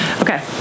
Okay